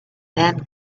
then